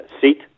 seat